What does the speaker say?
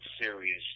serious